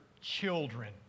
children